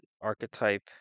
archetype